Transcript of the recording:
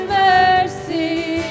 mercy